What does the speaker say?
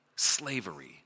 slavery